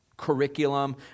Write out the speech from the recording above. curriculum